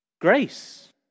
grace